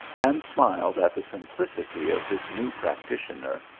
and smiled at the simplicity of this new practitioner,